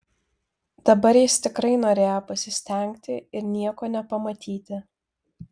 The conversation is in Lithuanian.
dabar jis tikrai norėjo pasistengti ir nieko nepamatyti